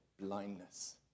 blindness